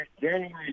January